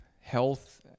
health